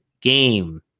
game